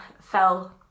fell